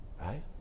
right